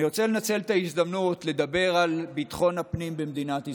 אני רוצה לנצל את ההזדמנות לדבר על ביטחון הפנים במדינת ישראל.